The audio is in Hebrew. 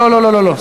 לא, לא, לא, לא.